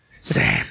Sam